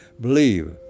believe